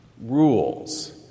rules